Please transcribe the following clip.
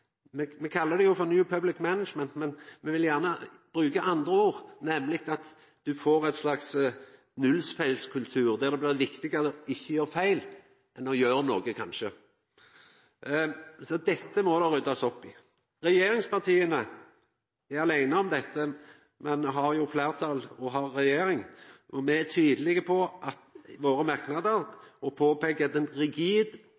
Me kallar det for New Public Management, men me vil gjerne bruka andre ord, nemleg at ein får ein slags nullfeilskultur, der det blir viktigare ikkje å gjera feil enn å gjera noko, kanskje. Dette må det ryddast opp i. Regjeringspartia er aleine om dette, men har jo fleirtal og regjering. Me er tydelege i våre